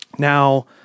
Now